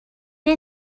neu